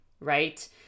right